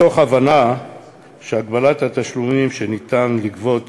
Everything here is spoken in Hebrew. מתוך הבנה שהגבלת התשלומים שניתן לגבות